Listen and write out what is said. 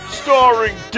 starring